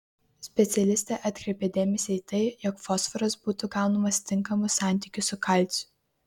specialistė atkreipia dėmesį į tai jog fosforas būtų gaunamas tinkamu santykiu su kalciu